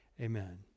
amen